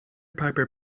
piper